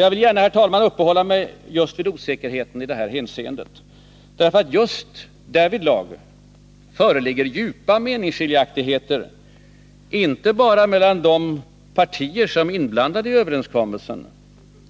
Jag vill, herr talman, gärna uppehålla mig just vid osäkerheten i det här avseendet. Just därvidlag föreligger djupa meningsskiljaktigheter inte bara mellan de partier som är inblandade i överenskommelsen